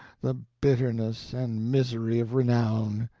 the bitterness and misery of renown!